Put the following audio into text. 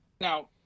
Now